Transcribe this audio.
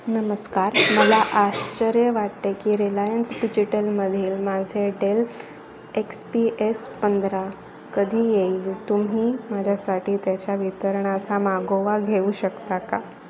नमस्कार मला आश्चर्य वाटते की रिलायन्स डिजिटलमधील माझे डेल एक्स पी एस पंधरा कधी येईल तुम्ही माझ्यासाठी त्याच्या वितरणाचा मागोवा घेऊ शकता का